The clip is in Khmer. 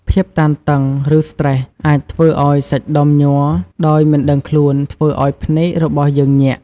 ភាពតានតឹង ឬស្ត្រេស អាចធ្វើឱ្យសាច់ដុំញ័រដោយមិនដឹងខ្លួនធ្វើអោយភ្នែករបស់យើងញាក់។